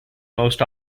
most